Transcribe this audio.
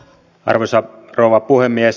arvoisa rouva puhemies